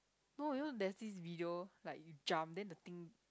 no you know there's this video like you jump then the thing